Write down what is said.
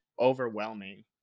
overwhelming